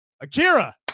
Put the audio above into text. Akira